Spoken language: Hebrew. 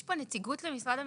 יש כאן נציגות למשרד המשפטים?